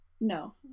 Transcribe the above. No